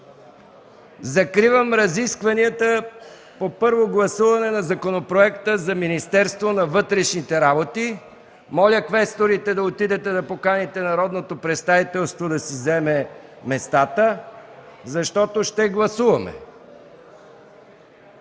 Закривам разискванията по първо гласуване на Законопроекта за Министерството на вътрешните работи. Моля, квесторите, поканете народното представителство да заеме местата си, защото ще гласуваме.